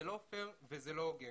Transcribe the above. זה לא פייר וזה לא הוגן.